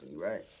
right